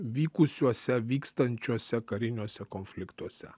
vykusiuose vykstančiuose kariniuose konfliktuose